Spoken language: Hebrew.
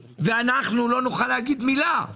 ואנחנו לא נוכל להגיד מילה,